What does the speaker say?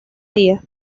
día